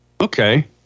okay